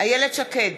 איילת שקד,